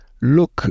look